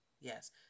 Yes